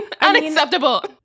Unacceptable